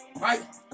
Right